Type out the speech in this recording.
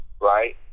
right